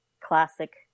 classic